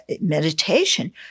meditation